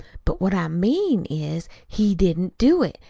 but what i mean is, he didn't do it,